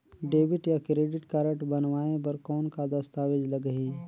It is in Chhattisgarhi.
डेबिट या क्रेडिट कारड बनवाय बर कौन का दस्तावेज लगही?